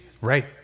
Right